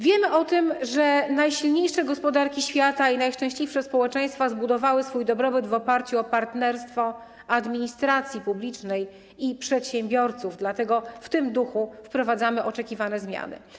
Wiemy o tym, że najsilniejsze gospodarki świata i najszczęśliwsze społeczeństwa zbudowały swój dobrobyt w oparciu o partnerstwo administracji publicznej i przedsiębiorców, dlatego w tym duchu wprowadzamy oczekiwane zmiany.